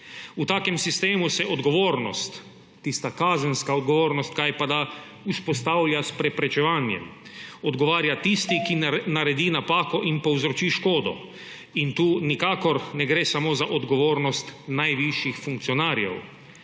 V takem sistemu se odgovornost, tista kazenska odgovornost, kajpada, vzpostavlja s preprečevanjem. Odgovarja tisti, ki naredi napako in povzroči škodo, in tu nikakor ne gre samo za odgovornost najvišjih funkcionarjev.